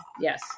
Yes